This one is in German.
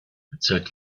bezirk